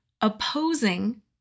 opposing